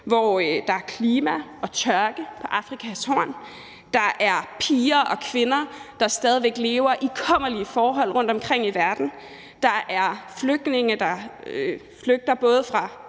hvor der er klimakrise og tørke på Afrikas Horn, hvor der stadig væk er piger og kvinder, der lever under kummerlige forhold rundtomkring i verden, og hvor der er flygtninge, der flygter både fra